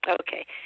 Okay